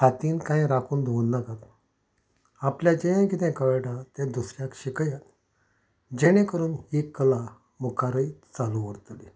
हातीन कांय राखून दवरनाकात आपल्या जें कितें कळटा तें दुसऱ्याक शिकयात जेणे करून ही कला मुखारय चालू उरतली